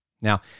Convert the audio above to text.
Now